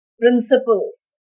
principles